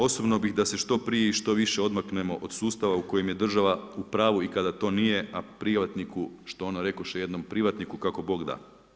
Osobno bih da se što prije i što više odmaknemo od sustava u kojem je država u pravu i kada to nije a privatniku, što ono rekoše jednom privatniku „kako bog da“